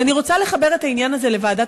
ואני רוצה לחבר את העניין הזה לישיבת ועדת